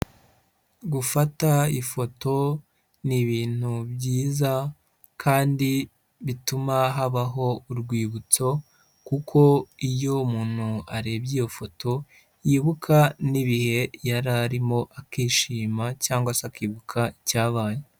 Gufata ifoto ni ibintu byiza kandi bituma habaho urwibutso kuko iyo umuntu arebye iyo foto yibuka n'ibihe yari arimo akishima cyangwa se akibuka icyabaye.